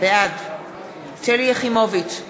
בעד שלי יחימוביץ,